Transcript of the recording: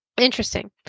Interesting